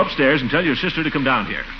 up stairs and tell your sister to come down here